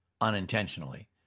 unintentionally